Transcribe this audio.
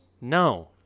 No